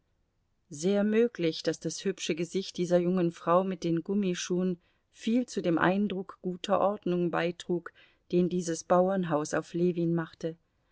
sehr möglich daß das hübsche gesicht dieser jungen frau mit den gummischuhen viel zu dem eindruck guter ordnung beitrug den dieses bauernhaus auf ljewin machte